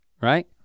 right